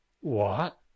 What